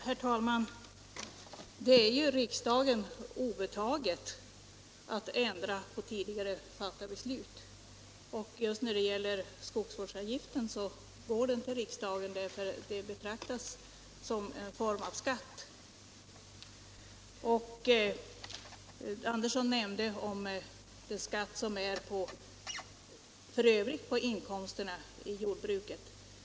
Herr talman! Det är ju riksdagen obetaget att ändra på tidigare fattade beslut. Skogsvårdsavgiften beslutas av riksdagen därför att den betraktas som en form av skatt. Herr Andersson i Knäred nämnde att inkomster från skogsbruket beskattas som andra inkomster och att skogsvårdsavgiften kommer därutöver för ett speciellt ändamål.